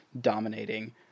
dominating